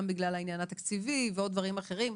בגלל העניין התקציבי ועוד דברים אחרים,